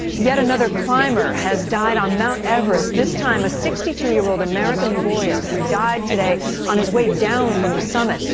yet another climber has died on mount everest, this time a sixty two year old american lawyer who died today on his way down from the summit.